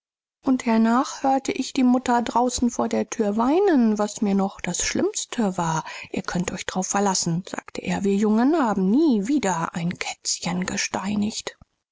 und nachher hörte ich mutter'n vor der thüre weinen was mir noch mehr weh that als alles andere ich sage dir wir jungens haben nie wieder ein huhn gesteinigt